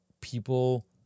people